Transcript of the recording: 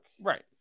right